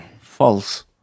False